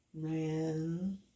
Man